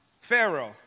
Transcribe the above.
Pharaoh